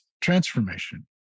transformation